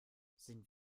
sind